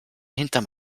hinterm